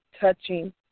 touching